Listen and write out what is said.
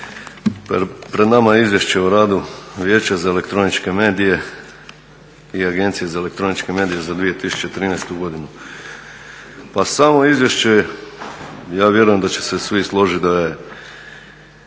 Pred nama je Izvješće o radu Vijeća za elektroničke medije i Agencije za elektroničke medije za 2013. godinu. Pa samo izvješće ja vjerujem da će se svi složiti da je